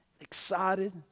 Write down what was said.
excited